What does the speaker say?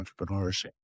entrepreneurship